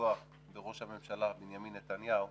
ולפגוע בראש הממשלה בנימין נתניהו,